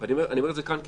אני אומר את זה כאן כפתיח,